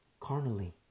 Carnally